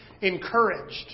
encouraged